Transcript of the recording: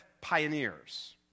pioneers